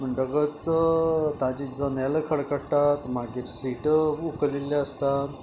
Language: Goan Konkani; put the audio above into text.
म्हणटगच तांची जनेलां खडखडटात मागीर सिटां उखलिल्लीं आसतात